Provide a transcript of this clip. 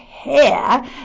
Hair